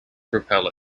propel